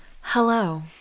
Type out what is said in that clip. Hello